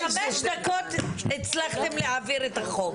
בקורונה בחמש דקות הצלחתם להעביר את החוק,